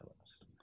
list